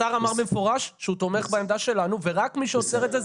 השר אמר במפורש שהוא תומך בעמדה שלנו ורק מי שעוצר את זה,